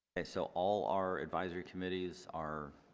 okay so all our advisory committees our